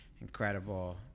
incredible